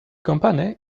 company